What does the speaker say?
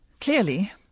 Clearly